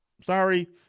Sorry